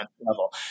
level